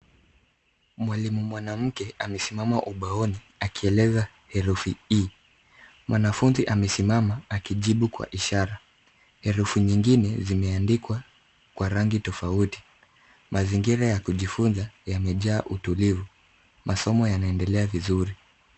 Mwalimu mwanamke amesimama ubaoni, akieleza herufi e . Mwanafunzi amesimama akijibu kwa ishara. Herufi nyingine zimeandikwa kwa rangi tofauti. Mazingira ya kujifunza yamejaa utulivu. Masomo yanaendelea vizuri.